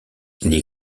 les